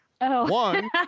One